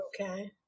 Okay